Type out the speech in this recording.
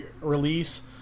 release